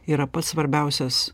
yra pats svarbiausias